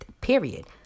Period